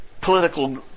political